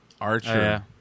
Archer